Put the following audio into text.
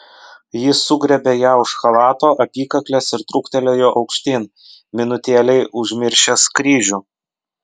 jis sugriebė ją už chalato apykaklės ir truktelėjo aukštyn minutėlei užmiršęs kryžių